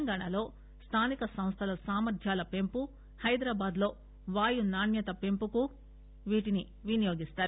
తెలంగాణాలో స్లానిక సంస్లల సామర్ద్వాల పెంపు హైదరాబాద్లో వాయు నాణ్యత పెంపునకు వీటిని వినియోగిస్తారు